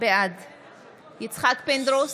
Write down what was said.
בעד יצחק פינדרוס,